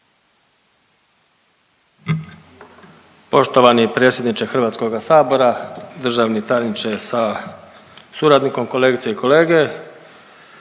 Poštovani predsjedniče HS-a, državni tajniče sa suradnikom, kolegice i kolege